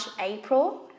April